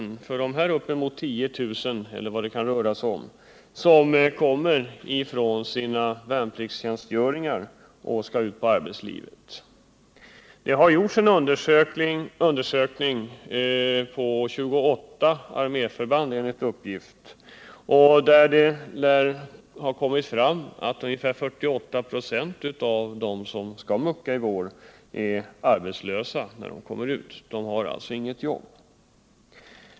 Det är kanske ca 10 000 ungdomar som efter sin värnpliktstjänstgöring nu skall ut i arbetslivet. Det har gjorts en undersökning på enligt uppgift 28 arméförband, enligt vilken ungefär 48 96 av dem som skall mucka i vår står utan arbete när de rycker ut.